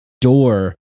door